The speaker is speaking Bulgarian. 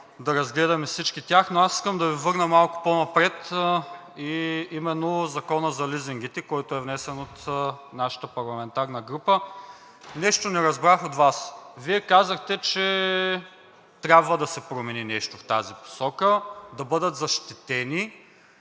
да разгледаме всички тях. Но аз искам да Ви върна малко по-напред, а именно Законопроектът за лизингите, който е внесен от нашата парламентарна група. Нещо не разбрах от Вас! Вие казахте, че трябва да се промени нещо в тази посока, да бъдат защитени,